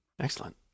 Excellent